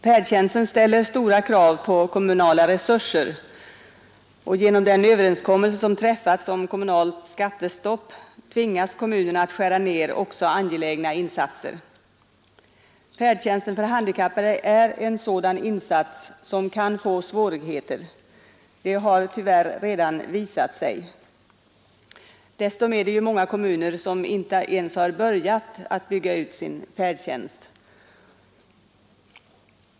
Färdtjänsten ställer stora krav på kommunala resurser, och genom den överenskommelse som träffats om kommunalt skattestopp tvingas kommunerna att skära ned också angelägna insatser. Färdtjänsten för handikappade är en sådan verksamhet som kan få svårigheter, det har tyvärr redan visat sig. Dessutom är det många kommuner som inte ens har börjat bygga ut sin färdtjänst.